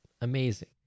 amazing